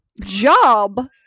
job